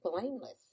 blameless